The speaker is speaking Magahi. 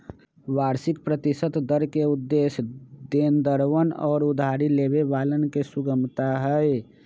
वार्षिक प्रतिशत दर के उद्देश्य देनदरवन और उधारी लेवे वालन के सुगमता हई